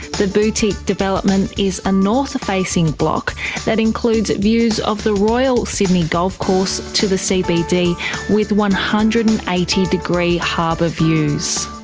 the boutique development is a north-facing block that includes views of the royal sydney golf course to the cbd, with one hundred and eighty degree harbour views.